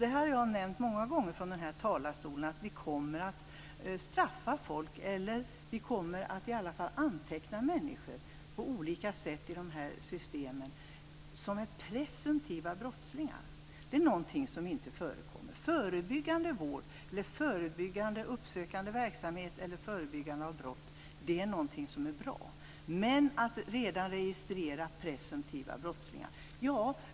Jag har från denna talarstol många gånger nämnt att vi kommer att straffa folk eller i varje fall att anteckna människor på olika sätt i dessa system som presumtiva brottslingar. Det är något som inte förekommer. Förebyggande vård eller förebyggande uppsökande verksamhet eller förebyggande av brott är något som är bra men inte att registrera presumtiva brottslingar.